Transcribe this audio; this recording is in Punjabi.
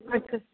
ਅੱਛਾ